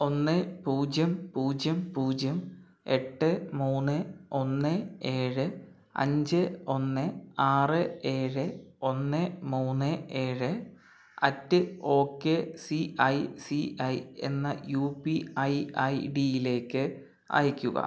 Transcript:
ഒന്ന് പൂജ്യം പൂജ്യം പൂജ്യം എട്ട് മൂന്ന് ഒന്ന് ഏഴ് അഞ്ച് ഒന്ന് ആരെ ഏഴ് ഒന്ന് മൂന്ന് ഏഴ് at O K C I C I എന്ന യു പി ഐ ഐഡിയിലേക്ക് അയയ്ക്കുക